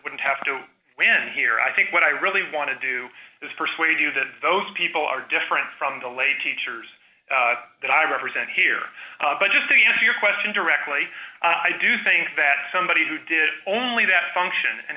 wouldn't have to win here i think what i really want to do is persuade you that those people are different from the lay teachers that i represent here but just so you know your question directly i do think that somebody who did only that function and